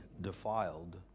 defiled